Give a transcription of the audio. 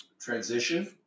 Transition